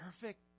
perfect